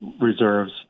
reserves